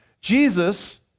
Jesus